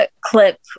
clip